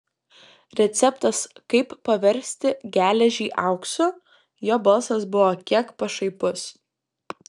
receptas kaip paversti geležį auksu jo balsas buvo kiek pašaipus